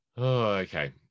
Okay